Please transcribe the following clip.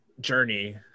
journey